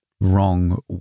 wrong